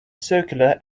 circular